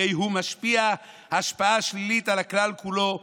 הרי הוא משפיע השפעה שלילית על הכלל כולו.